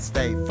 Stay